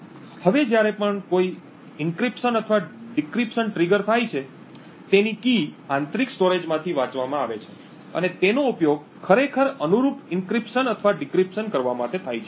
હવે જ્યારે પણ કોઈ એન્ક્રિપ્શન અથવા ડિક્રિપ્શન ટ્રિગર થાય છે તેની કી આંતરિક સ્ટોરેજમાંથી વાંચવામાં આવે છે અને તેનો ઉપયોગ ખરેખર અનુરૂપ એન્ક્રિપ્શન અથવા ડિક્રિપ્શન કરવા માટે થાય છે